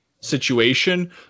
situation